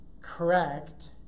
Correct